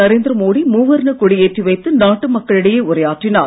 நரேந்தி மோடி மூவர்ணக் கொடி ஏற்றி வைத்து நாட்டு மக்களிடையே உரையாற்றினார்